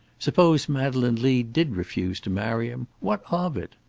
suppose madeleine lee did refuse to marry him! what of it?